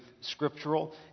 scriptural